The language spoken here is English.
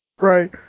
Right